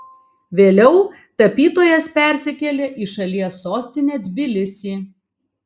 vėliau tapytojas persikėlė į šalies sostinę tbilisį